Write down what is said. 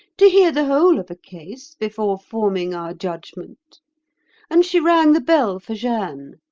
to hear the whole of a case before forming our judgment and she rang the bell for jeanne.